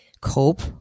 cope